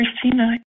Christina